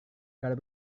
kalau